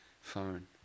phone